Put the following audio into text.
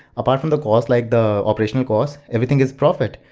apart from the cost like the operational cost, everything is profit.